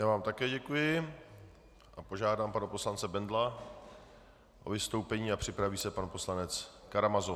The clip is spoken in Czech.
Já vám také děkuji a požádám pana poslance Bendla o vystoupení a připraví se pan poslanec Karamazov.